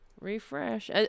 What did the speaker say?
Refresh